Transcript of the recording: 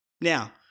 Now